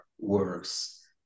works